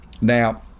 Now